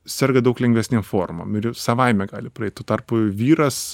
serga daug lengvesnėm formom savaime gali praeit tuo tarpu vyras